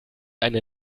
eine